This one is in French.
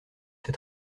ses